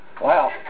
Wow